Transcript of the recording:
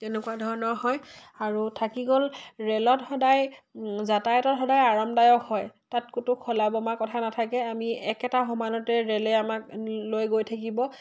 তেনেকুৱা ধৰণৰ হয় আৰু থাকি গ'ল ৰেলত সদায় যাতায়তত সদায় আৰামদায়ক হয় তাত ক'তো খলা বমা কথা নাথাকে আমি একেটা সমানতে ৰেলে আমাক লৈ গৈ থাকিব